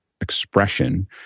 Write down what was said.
expression